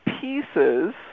pieces